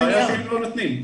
הבעיה שהם לא נותנים.